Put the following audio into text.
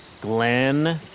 Glenn